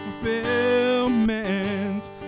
fulfillment